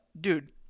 dude